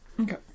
Okay